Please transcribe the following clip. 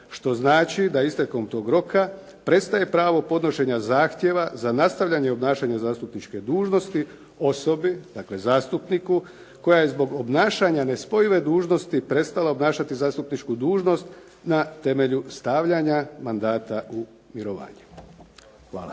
što znači da istekom toga roka prestaje pravo podnošenja zahtjeva za nastavljanje i obnašanje zastupničke dužnosti osobi, dakle, zastupniku, koja je zbog obnašanja nespojive dužnosti prestala obnašati zastupničku dužnost, na temelju stavljanja mandata u mirovanje. Hvala.